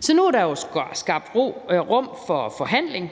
Så nu er der jo skabt rum for forhandling,